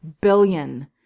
billion